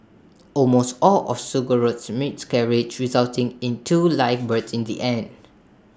almost all of surrogates miscarried resulting in two live births in the end